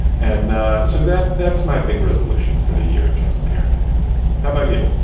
and so that that's my big resolution for the year in terms of parenting, i think. how about you?